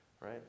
Right